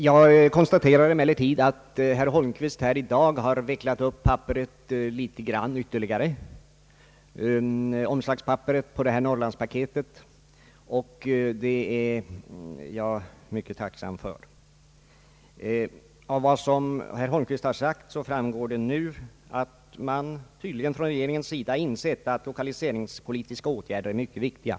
Jag konstaterar att herr Holmqvist i dag har vecklat upp omslagspapperet ytterligare litet grand kring Norrlandspaketet, och det är ju något att vara tacksam för. Av vad herr Holmqvist har sagt sagt framgår att man tydligen numera från regeringens sida har insett att lokaliseringspolitiska åtgärder är mycket viktiga.